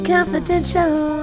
Confidential